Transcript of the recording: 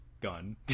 gun